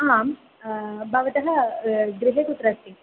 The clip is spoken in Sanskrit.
आं भवतः गृहे कुत्र अस्ति